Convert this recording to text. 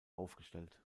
aufgestellt